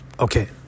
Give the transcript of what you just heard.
Okay